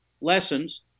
lessons